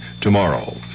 tomorrow